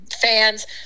fans